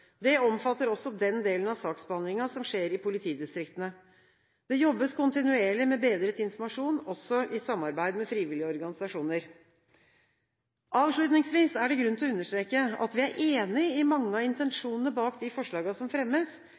Det omfatter også den delen av saksbehandlingen som skjer i politidistriktene. Det jobbes kontinuerlig med bedret informasjon, også i samarbeid med frivillige organisasjoner. Avslutningsvis er det grunn til å understreke at vi er enige i mange av intensjonene bak de forslagene som fremmes,